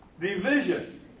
division